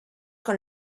con